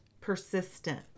Persistent